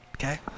Okay